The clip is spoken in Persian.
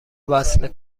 وصله